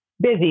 busy